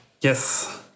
Yes